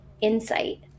insight